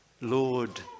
Lord